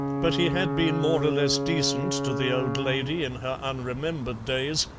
but he had been more or less decent to the old lady in her unremembered days,